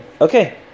Okay